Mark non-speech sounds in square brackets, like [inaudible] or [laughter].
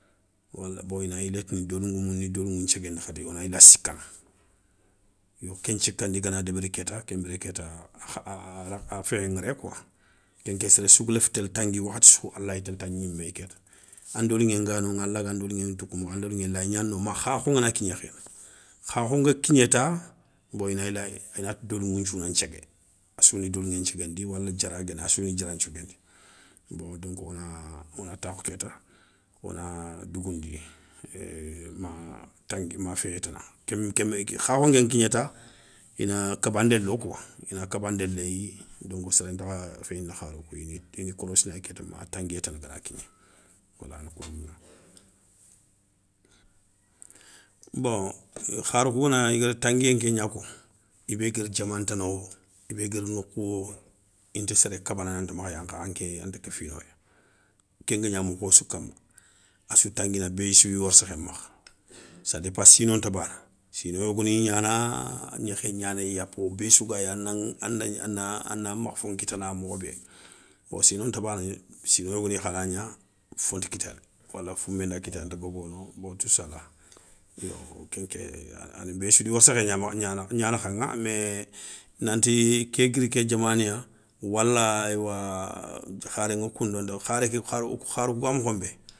Wala bon i na yilé tini doli ngoumou ni dolingoumou ni doliŋou nthiéguendi khadi wona yila sikana, yo ken thikandi gana débéri kéta, kenbiré kéta [hesitation] a féyé ŋéré koi kenké, séré souga léfi télé tangui wakhati sou alay télé ta gnimé kéta. An doliŋé nga noŋa alaga ndoliŋé ntouga an doliŋé lay gnana noŋa ma khakho ngana kigné; khakho nga kigné ta. bon i na yila inati do liŋou nthiou nan thiégué assou ni doliŋé nthiéguéndi wala diara guéni assouni diara nthiéguéndi. Bon donc wona wona takhou kéta, wona dougoundi ma [hesitation] ma féya ta kémi kémi khakho nkénga kigné ta ina kabandé lo kouwa, ina kabandé léyi donk séréntakha féyind kharo kouya ini ini korossina kéta ma tanguiyé tana gana kigné. wala koundou gnani. Bon kharou kou gana i gada tanguiyé nkégna ko i bé guir diaman ntana wo, i bé guir nokhouwo, inta séré kabana nanti makha yankha anké anta kéfinoy. Kenga gna mokho sou kamma. Assou tanguina béssouyi warssékhé makha, sa dépa sino nta banna, sino yogoniy gnana, gnékhé gnanéya po, béssou gaya a naŋ a nayi a na a na makhfo nkitana mokho bé bon sino nta bana sino yogoni khana gna fonta kiténé wala founbé nda kité anta gobono. Bon toussala yo kenké ana béssoudi warssékhé gna nakhaŋa mé nanti ké guiri ké diamané wala éywa kharéŋa koundou, kharé ké kharé kharou kou ga mokhonbé.